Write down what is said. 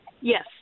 Yes